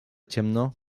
ciemno